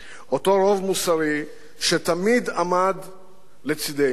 אותו רוב מוסרי שתמיד עמד לצדנו.